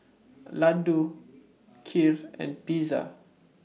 Ladoo Kheer and Pizza